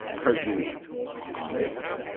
ha! are you honest?